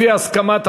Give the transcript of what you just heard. לפי הסכמת השר,